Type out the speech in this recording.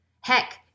Heck